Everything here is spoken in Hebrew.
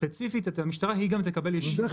ספציפית המשטרה תקבל ישירות.